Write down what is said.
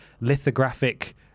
lithographic